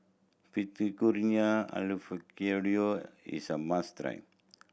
Fettuccine Alfredo is a must try